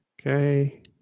Okay